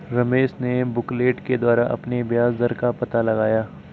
रमेश ने बुकलेट के द्वारा अपने ब्याज दर का पता लगाया